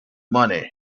money